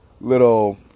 little